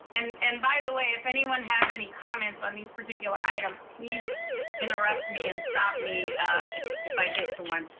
and and by the way, if anyone has any comments on these particular items, please interrupt me and stop me if if i get to one.